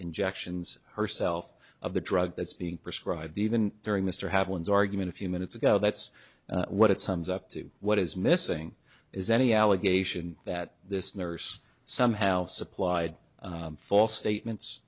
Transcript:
injections herself of the drug that's being prescribed even during mr have ones argument a few minutes ago that's what it sums up to what is missing is any allegation that this nurse somehow supplied false statements